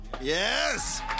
Yes